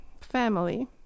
family